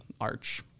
arch